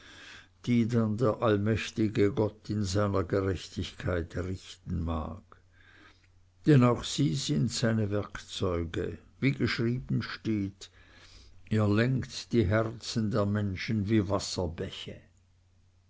die dann der allwissende gott in seiner gerechtigkeit richten mag denn auch sie sind seine werkzeuge wie geschrieben steht er lenkt die herzen der menschen wie wasserbäche